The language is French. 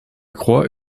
croix